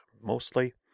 mostly